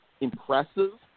impressive